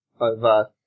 over